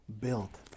built